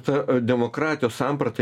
ta demokratijos samprata